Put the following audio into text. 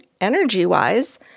energy-wise